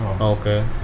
Okay